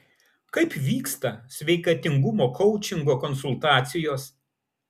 kaip vyksta sveikatingumo koučingo konsultacijos